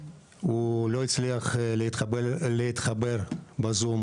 אברהם לא הצליח להתחבר בזום